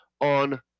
on